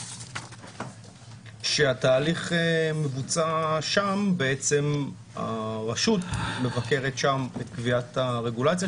כאשר התהליך מבוצע שם הרשות מבקרת שם את קביעת הרגולציה.